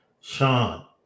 Sean